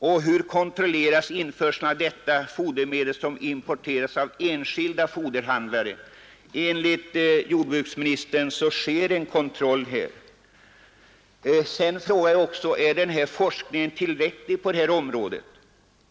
Och hur kontrolleras den införsel av detta fodermedel som företas av enskilda foderhandlare? Enligt jordbruksministern sker här en kontroll. Jag frågar också: Är forskningen tillräcklig på det här området?